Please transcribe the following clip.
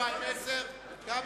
סעיף 80, לשנת 2010, נתקבל.